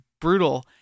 brutal